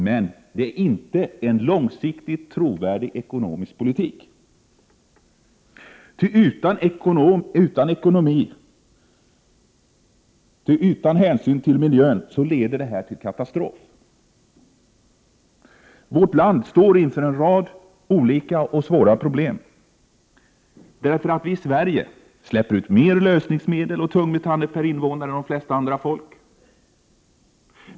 Men det är inte en långsiktigt trovärdig ekonomisk politik. Ty utan ekonomi och utan hänsyn till miljön leder detta till katastrof. Vårt land står inför en rad olika och svåra problem. Vi i Sverige släpper ut mer lösningsmedel och tungmetaller per invånare än de flesta andra folk.